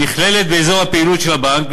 נכללת באזור הפעילות של הבנק,